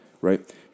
Right